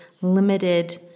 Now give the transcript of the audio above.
limited